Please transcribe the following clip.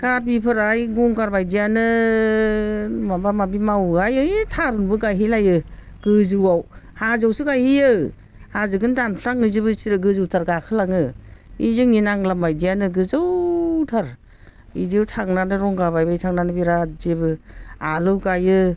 कार्बिफोरा गंगारबायदियानो माबा माबि मावोहाय ऐ थारुनबो गायहैलायो गोजौआव हाजोआवसो गायहैयो हाजोखौनो दानस्रांहैजोबो बिसोरो गोजौथार गाखोलाङो बै जोंनि नांला बायदियानो गोजौथार बिदियाव थांनानै रंगा बायबाय थानानै बिरात जेबो आलु गायो